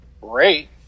great